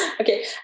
Okay